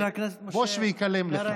בוש והיכלם לך.